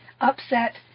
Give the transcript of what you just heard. upset